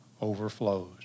overflows